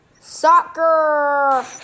Soccer